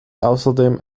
außerdem